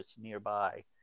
nearby